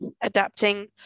adapting